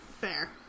fair